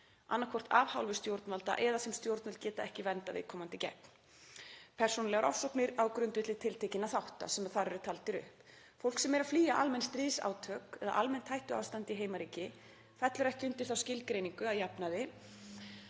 annaðhvort af hálfu stjórnvalda eða sem stjórnvöld geta ekki verndað viðkomandi gegn; persónulegar ofsóknir á grundvelli tiltekinna þátta sem þar eru taldir upp. Fólk sem er að flýja almenn stríðsátök eða almennt hættuástand í heimaríki fellur ekki undir þá skilgreiningu að jafnaði.